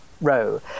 row